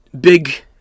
big